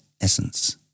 essence